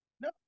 no